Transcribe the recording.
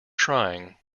trying